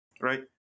right